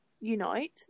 unite